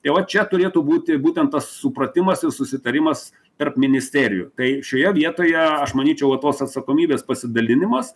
jau vat čia turėtų būti būtent tas supratimas ir susitarimas tarp ministerijų tai šioje vietoje aš manyčiau vat tos atsakomybės pasidalinimas